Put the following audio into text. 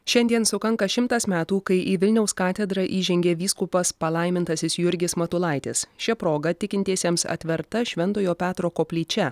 šiandien sukanka šimtas metų kai į vilniaus katedrą įžengė vyskupas palaimintasis jurgis matulaitis šia proga tikintiesiems atverta šventojo petro koplyčia